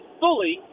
fully